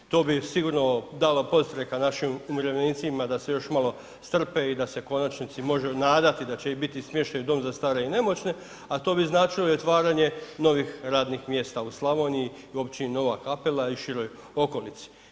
To bi sigurno dalo podstreka našim umirovljenicima da se još malo strpe i da se u konačnici mogu nadati da će biti smješteni u dom za stare i nemoćne, a to bi značilo i otvaranje novih radnih mjesta u Slavoniji i općini Nova Kapela i široj okolici.